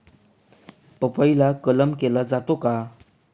पपईला कलम केला जातो का?